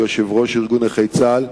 יושב-ראש ארגון נכי צה"ל,